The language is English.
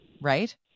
right